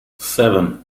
seven